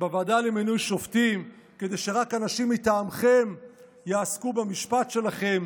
בוועדה למינוי שופטים כדי שרק אנשים מטעמכם יעסקו במשפט שלכם.